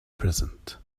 present